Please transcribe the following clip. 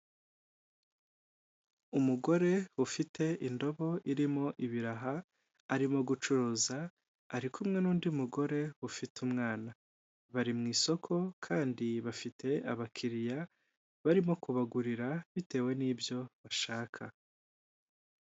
Umugore ufite indobo irimo ibiraha, arimo gucuruza ari kumwe n'undi mugore ufite umwana, bari mu isoko kandi bafite abakiriya barimo kubagurira bitewe nibyo bashaka.